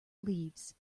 leaves